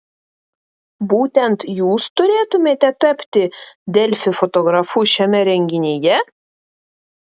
būtent jūs turėtumėte tapti delfi fotografu šiame renginyje